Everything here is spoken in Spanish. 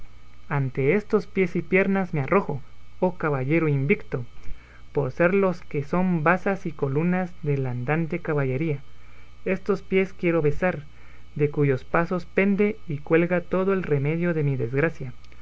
ante estos pies y piernas me arrojo oh caballero invicto por ser los que son basas y colunas de la andante caballería estos pies quiero besar de cuyos pasos pende y cuelga todo el remedio de mi desgracia